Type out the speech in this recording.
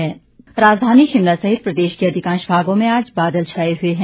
मौसम राजधानी शिमला सहित प्रदेश के अधिकांश भागों में आज बादल छाए हुए हैं